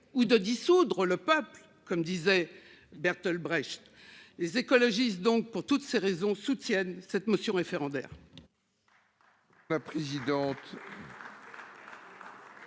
ou de dissoudre le peuple comme disait Bertolt Brecht. Les écologistes, donc pour toutes ces raisons soutiennent cette motion référendaire.